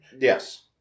Yes